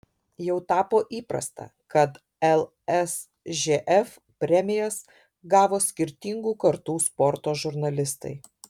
jau tapo įprasta kad lsžf premijas gavo skirtingų kartų sporto žurnalistai